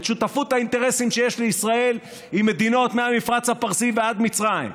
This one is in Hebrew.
את שותפות האינטרסים שיש לישראל עם מדינות מהמפרץ הפרסי ועד מצרים,